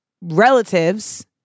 relatives